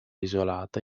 isolata